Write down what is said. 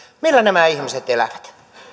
millä nämä ihmiset elävät